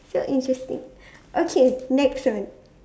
so interesting okay next one